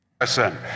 Listen